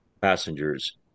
passengers